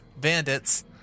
Bandits